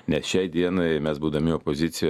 nes šiai dienai mes būdami opozicija